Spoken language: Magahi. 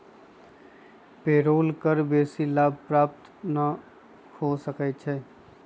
पेरोल कर बेशी लाभ प्राप्त न हो सकै छइ